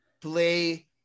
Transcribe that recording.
play